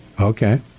Okay